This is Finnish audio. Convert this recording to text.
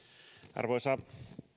arvoisa